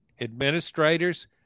administrators